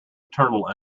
eternal